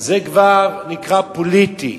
זה כבר נקרא פוליטי.